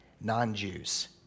non-Jews